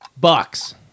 Bucks